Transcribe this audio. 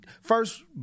First